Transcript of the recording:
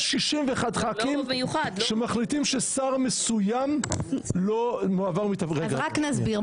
יש 61 ח"כים שמחליטים ששר מסוים לא מועבר מ --- אז רק נסביר.